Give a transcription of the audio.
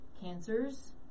cancers